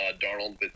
Darnold